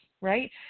right